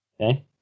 Okay